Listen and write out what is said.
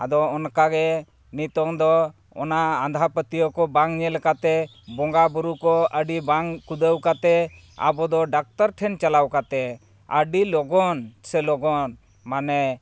ᱟᱫᱚ ᱚᱱᱠᱟᱜᱮ ᱱᱤᱛᱚᱝ ᱫᱚ ᱚᱱᱟ ᱟᱸᱫᱷᱟ ᱯᱟᱹᱛᱭᱟᱹᱣ ᱠᱚ ᱵᱟᱝ ᱧᱮᱞ ᱠᱟᱛᱮᱫ ᱵᱚᱸᱜᱟᱼᱵᱩᱨᱩ ᱠᱚ ᱟᱹᱰᱤ ᱵᱟᱝ ᱠᱷᱩᱫᱟᱹᱣ ᱠᱟᱛᱮᱫ ᱟᱵᱚ ᱫᱚ ᱰᱟᱠᱛᱚᱨ ᱴᱷᱮᱱ ᱪᱟᱞᱟᱣ ᱠᱟᱛᱮᱫ ᱟᱹᱰᱤ ᱞᱚᱜᱚᱱ ᱥᱮ ᱞᱚᱜᱚᱱ ᱢᱟᱱᱮ